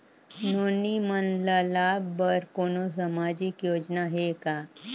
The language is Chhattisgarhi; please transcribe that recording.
नोनी मन ल लाभ बर कोनो सामाजिक योजना हे का?